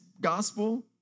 gospel